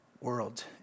world